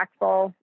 impactful